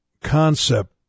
concept